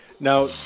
Now